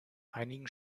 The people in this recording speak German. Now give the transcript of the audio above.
einigen